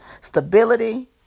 stability